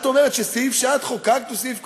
את אומרת שסעיף שאת חוקקת הוא סעיף קומבינה.